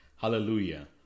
Hallelujah